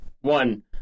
one